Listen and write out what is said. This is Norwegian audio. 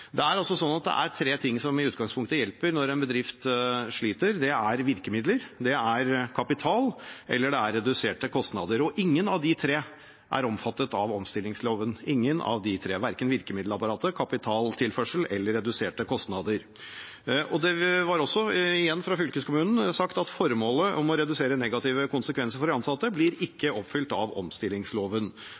Det er tre ting som i utgangspunktet hjelper når en bedrift sliter. Det er virkemidler, kapital eller reduserte kostnader. Ingen av de tre er omfattet av omstillingsloven – verken virkemiddelapparatet, kapitaltilførsel eller reduserte kostnader. Det ble også sagt – igjen fra fylkeskommunen – at formålet om å redusere negative konsekvenser for de ansatte ikke blir oppfylt av omstillingsloven.